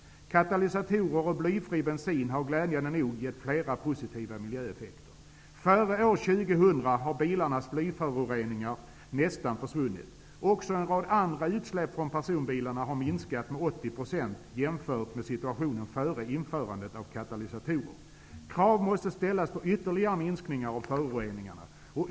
Katalysatorer och blyfri bensin har glädjande nog gett flera positiva miljöeffekter. Före år 2000 kommer bilarnas blyföroreningar nästan att ha försvunnit. En rad andra utsläpp från personbilarna kommer också att ha minskat med ca 80 % jämfört med situationen före införandet av katalysatorer. Krav måste ställas på ytterligare minskningar av föroreningarna.